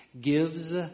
gives